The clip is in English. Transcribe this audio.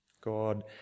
God